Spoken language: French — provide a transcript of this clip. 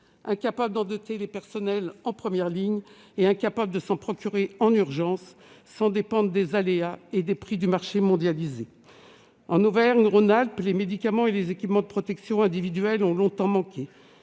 incapables tant d'équiper les personnels travaillant en première ligne que de se procurer des masques en urgence sans dépendre des aléas et des prix du marché mondialisé. En Auvergne-Rhône-Alpes, les médicaments et les équipements de protection individuels ont longtemps manqué.